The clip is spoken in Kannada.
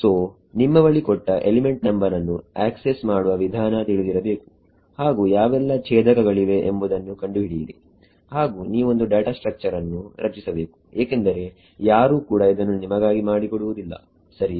ಸೋನಿಮ್ಮ ಬಳಿ ಕೊಟ್ಟ ಎಲಿಮೆಂಟ್ ನಂಬರ್ ಅನ್ನು ಆಕ್ಸೆಸ್ ಮಾಡುವ ವಿಧಾನ ತಿಳಿದಿರಬೇಕು ಹಾಗು ಯಾವೆಲ್ಲಾ ಛೇದಕಗಳಿವೆ ಎಂಬುದನ್ನು ಕಂಡುಹಿಡಿಯಿರಿ ಹಾಗು ನೀವೊಂದು ಡಾಟಾ ಸ್ಟ್ರಕ್ಚರ್ ಅನ್ನು ರಚಿಸಬೇಕು ಏಕೆಂದರೆ ಯಾರೂ ಕೂಡಾ ಇದನ್ನು ನಿಮಗಾಗಿ ಮಾಡಿಕೊಡುವುದಿಲ್ಲ ಸರಿಯೇ